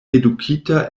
edukita